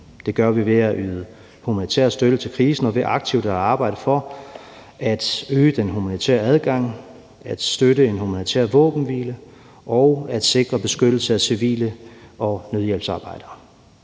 Det gør vi ved at yde humanitær støtte til krisen og ved aktivt at arbejde for at øge den humanitære adgang, støtte en humanitær våbenhvile og sikre beskyttelse af civile og nødhjælpsarbejdere.